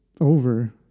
over